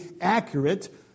accurate